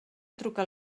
trucar